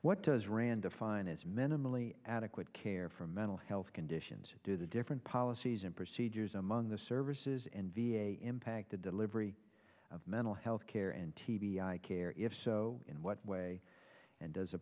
what does rand define as minimally adequate care for mental health conditions do the different policies and procedures among the services in v a impact the delivery of mental health care and t b i care if so in what way and does a